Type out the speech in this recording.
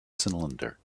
cylinder